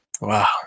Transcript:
Wow